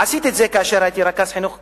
עשיתי את זה כאשר הייתי רכז חינוך חברתי,